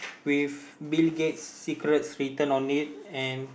with Bill Gates secrets written on it